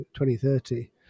2030